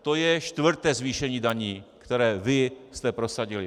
To je čtvrté zvýšení daní, které vy jste prosadili.